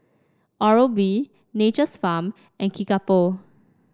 Oral B Nature's Farm and Kickapoo